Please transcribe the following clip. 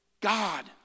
God